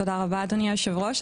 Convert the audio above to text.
תודה רבה, אדוני היושב-ראש.